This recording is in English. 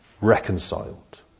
reconciled